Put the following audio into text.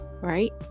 Right